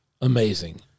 amazing